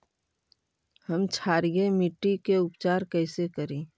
हम क्षारीय मिट्टी के उपचार कैसे करी?